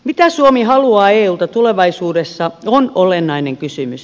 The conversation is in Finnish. mitä suomi haluaa eulta tulevaisuudessa on olennainen kysymys